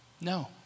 No